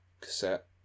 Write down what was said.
cassette